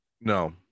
No